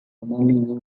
commonly